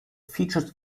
featured